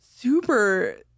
super